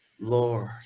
Lord